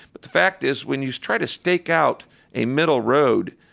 but the fact is when you try to stake out a middle road,